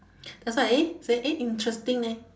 that's why I eh say eh interesting leh